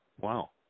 Wow